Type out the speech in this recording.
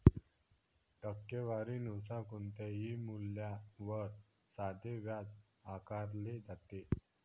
टक्केवारी नुसार कोणत्याही मूल्यावर साधे व्याज आकारले जाते